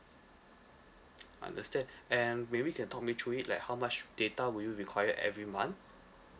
understand and maybe you can talk me through it like how much data will you required every month